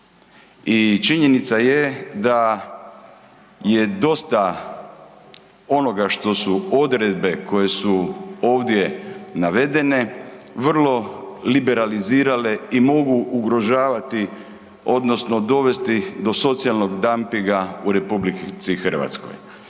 činjenica je da je dosta onoga što su odredbe koje su ovdje navedene vrlo liberalizirale i mogu ugrožavati odnosno dovesti do socijalnog dampinga u RH. Razlog